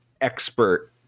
expert